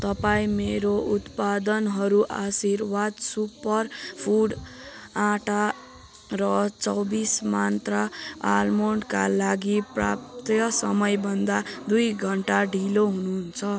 तपाईँ मेरो उत्पादनहरू आशीर्वाद सुपर फुड आँटा र चौबिस मन्त्रा आल्मोन्डका लागि प्राप्ति समयभन्दा दुई घन्टा ढिलो हुनुहुन्छ